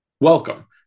welcome